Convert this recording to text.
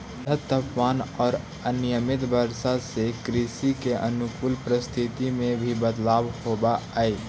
बढ़ित तापमान औउर अनियमित वर्षा से कृषि के अनुकूल परिस्थिति में भी बदलाव होवऽ हई